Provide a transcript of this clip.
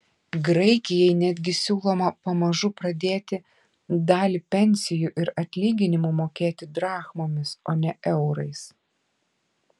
graikijai netgi siūloma pamažu pradėti dalį pensijų ir atlyginimų mokėti drachmomis o ne eurais